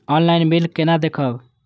Online bill केना देखब?